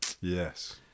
yes